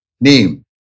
name